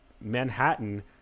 Manhattan